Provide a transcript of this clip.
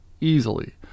easily